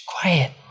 quiet